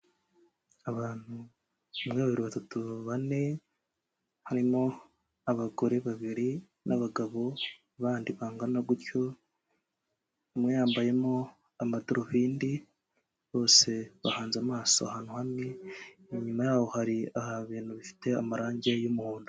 Abantu, umwe, babiri, batatu, bane, harimo abagore babiri n'abagabo bandi bangana gutyo, umwe yambayemo amadarubindi, bose bahanze amaso ahantu hamwe, inyuma yaho hari ibintu bifite amarangi y'umuhondo.